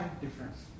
difference